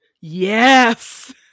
Yes